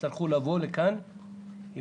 לא